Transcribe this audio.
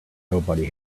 nobody